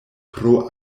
pro